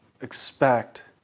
expect